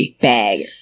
bag